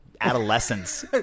adolescence